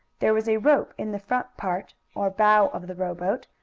there was a rope in the front part, or bow of the rowboat,